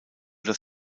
das